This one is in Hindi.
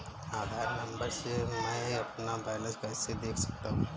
आधार नंबर से मैं अपना बैलेंस कैसे देख सकता हूँ?